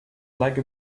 like